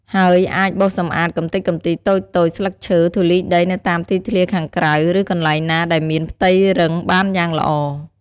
ហើយអាចបោសសម្អាតកម្ទេចកំទីតូចៗ ស្លឹកឈើ ធូលីដីនៅតាមទីធ្លាខាងក្រៅ ឬកន្លែងណាដែលមានផ្ទៃរឹងបានយ៉ាងល្អ។